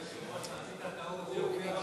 אדוני היושב-ראש,